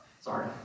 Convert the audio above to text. Sorry